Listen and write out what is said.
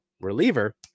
reliever